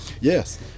yes